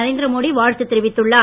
நரேந்திரமோடி வாழ்த்து தெரிவித்துள்ளார்